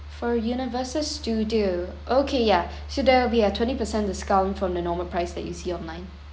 for universal studio okay ya so there will be a twenty percent discount from the normal price that you see online